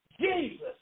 Jesus